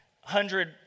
hundred